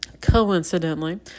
coincidentally